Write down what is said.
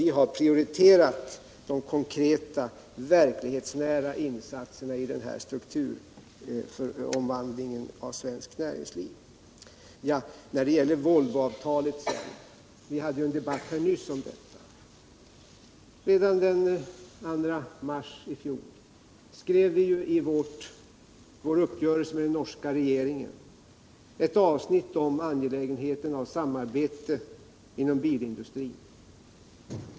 Vi har prioriterat de konkreta, verklighetsnära insatserna i den här strukturomvandlingen av svenskt näringsliv. Vi hade nyss en debatt om Volvoavtalet. Redan i mars i fjol skrev vi i vår uppgörelse med den norska regeringen ett avsnitt om angelägenheten av samarbete inom bilindustrin.